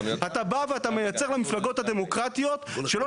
אתה בא ואתה מייצר למפלגות הדמוקרטיות שלא